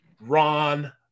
Ron